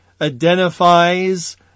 identifies